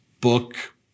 book